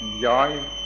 joy